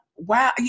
Wow